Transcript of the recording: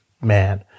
man